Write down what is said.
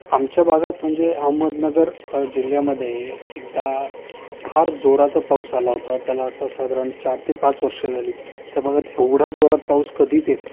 आमच्या भागात म्हणजे अहमदनगर जिल्ह्यामध्ये एकदा फार जोराचा पाऊस आला होता त्याला आता साधारण चार ते पाच वर्ष झाली त्या भागात एवढा जोरात पाऊस कधीच येत नाही